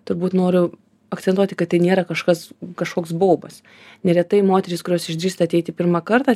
turbūt noriu akcentuoti kad tai nėra kažkas kažkoks baubas neretai moterys kurios išdrįsta ateiti pirmą kartą